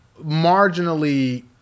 marginally